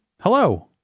Hello